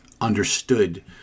understood